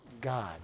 God